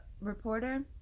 reporter